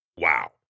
Wow